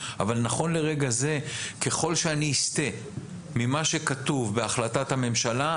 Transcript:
אבל נכון לרגע זה ככל שאני אסטה ממה שכתוב בהחלטת הממשלה,